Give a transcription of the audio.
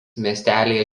miestelyje